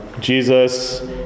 Jesus